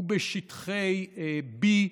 ובשטחי B,